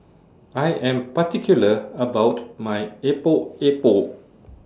I Am particular about My Epok Epok